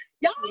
Y'all